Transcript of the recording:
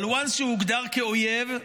אבל ברגע שהוא הוגדר כאויב,